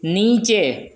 नीचे